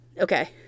Okay